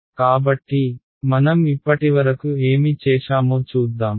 కాబట్టి మనం ఇప్పటివరకు ఏమి చేశామో చూద్దాం